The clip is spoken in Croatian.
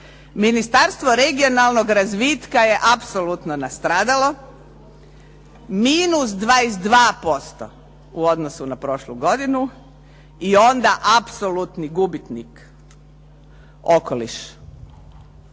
Ministarstvo regionalnog razvitka je apsolutno nastradalo, -22% u odnosu na prošlu godinu i onda apsolutni gubitnik okoliš.